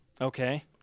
Okay